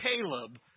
Caleb